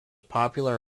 popular